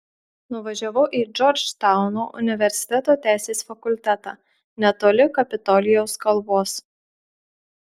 nuvažiavau į džordžtauno universiteto teisės fakultetą netoli kapitolijaus kalvos